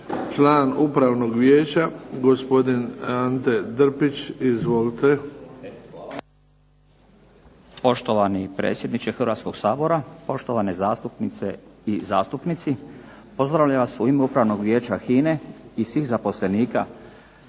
Član Upravnog vijeća gospodin Ante Drpić. Izvolite. **Drpić, Ante** Poštovani predsjedniče Hrvatskog sabora, poštovane zastupnice i zastupnici. Pozdravljam vas u ime Upravnog vijeća HINE i svih zaposlenika. Ja sam